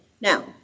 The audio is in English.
Now